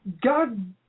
God